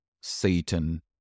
Satan